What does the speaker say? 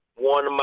one